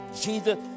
Jesus